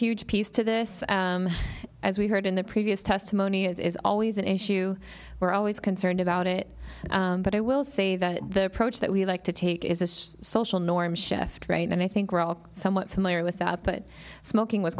huge piece to this as we heard in the previous testimony is always an issue we're always concerned about it but i will say that the approach that we like to take is a social norm shift right and i think we're all somewhat familiar with that but smoking was